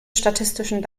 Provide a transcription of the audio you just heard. statistischen